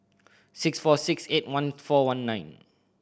six four six eight one four one nine